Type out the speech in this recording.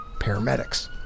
Paramedics